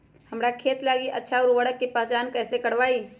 हमार खेत लागी अच्छा उर्वरक के पहचान हम कैसे करवाई?